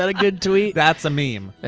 ah good tweet? that's a meme.